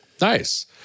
Nice